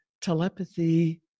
telepathy